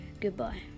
Goodbye